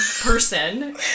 person